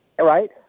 Right